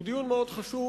הוא דיון מאוד חשוב,